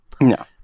No